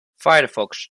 firefox